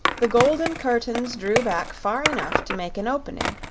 the golden curtains drew back far enough to make an opening,